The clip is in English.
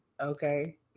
Okay